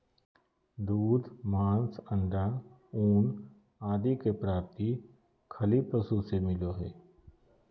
दूध, मांस, अण्डा, ऊन आदि के प्राप्ति खली पशु से मिलो हइ